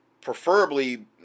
Preferably